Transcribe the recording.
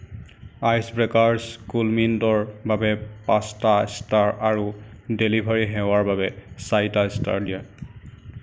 ice breakers কুলমিন্টৰ বাবে পাঁচটা ষ্টাৰ আৰু ডেলিভাৰী সেৱাৰ বাবে চাৰিটা ষ্টাৰ দিয়া